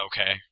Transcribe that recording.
Okay